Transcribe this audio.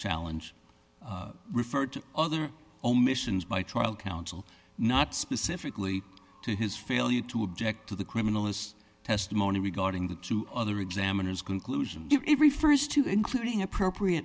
challenge referred to other omissions by trial counsel not specifically to his failure to object to the criminalist testimony regarding the two other examiners conclusions it refers to including appropriate